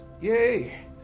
Yay